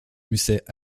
musset